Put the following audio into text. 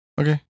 Okay